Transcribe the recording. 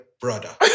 brother